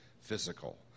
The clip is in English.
physical